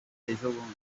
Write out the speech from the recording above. ejobundi